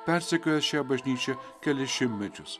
persekiojęs šią bažnyčią kelis šimtmečius